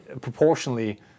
proportionally